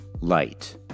light